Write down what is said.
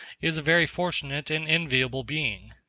is a very fortunate and enviable being.